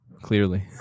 clearly